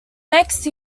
next